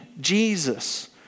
Jesus